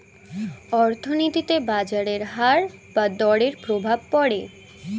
অর্থনীতিতে বাজারের হার বা দরের প্রভাব পড়ে